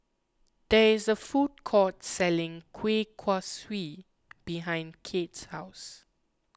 there is a food court selling Kueh Kaswi behind Kate's house